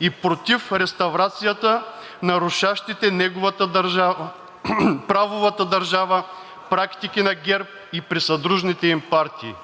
и против реставрацията на рушащите правовата държава практики на ГЕРБ и присъдружните им партии.